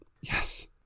Yes